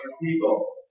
people